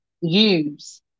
use